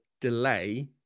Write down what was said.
delay